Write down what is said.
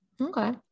Okay